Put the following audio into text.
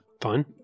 Fine